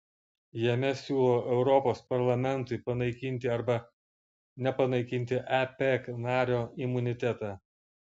jame siūlo europos parlamentui panaikinti arba nepanaikinti ep nario imunitetą